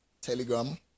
Telegram